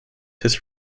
his